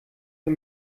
für